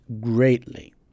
greatly